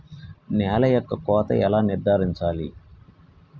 నేల యొక్క కోత ఎలా నిర్ధారించాలి?